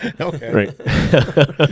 Okay